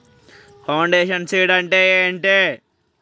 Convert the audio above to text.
Foundation seeds అంటే ఏంటి?